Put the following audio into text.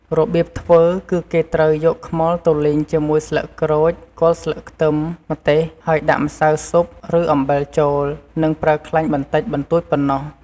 របៀបធ្វើ គឺគេត្រូវយកខ្មុលទៅលីងជាមួយស្លឹកក្រូច គល់ស្លឹកខ្ទឹម ម្ទេស ហើយដាក់ម្សៅស៊ុប ឬអំបិលចូល និងប្រើខ្លាញ់បន្តិចបន្តួចប៉ុណ្ណោះ។